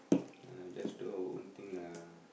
ah just do our own thing lah